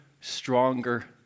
stronger